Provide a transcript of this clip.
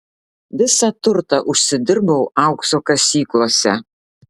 visą turtą užsidirbau aukso kasyklose